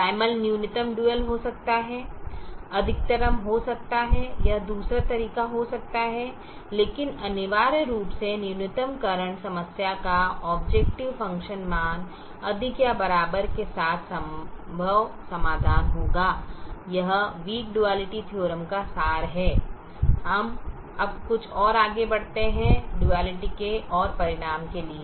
primal न्यूनतम dual हो सकता है अधिकतमकरण हो सकता है यह दूसरा तरीका हो सकता है लेकिन अनिवार्य रूप से न्यूनतमकरण समस्या का ऑबजेकटिव फ़ंक्शन मान अधिक या बराबर के साथ संभव समाधान होगा यह वीक डुआलिटी थीओरम का सार है हम अब कुछ और आगे बढ़ते हैं डुआलिटी के और परिणाम के लिए